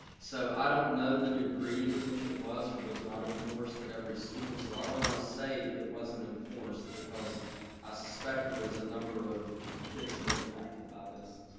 so i don't know the degree to which it was or was not enforced at every school. so i don't wanna say it wasn't enforced, because i suspect there is a number of kids who are impacted by this.